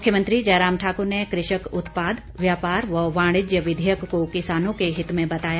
मुख्यमंत्री जयराम ठाकुर ने कृषक उत्पाद व्यापार व वाणिज्य विधेयक को किसानों के हित में बताया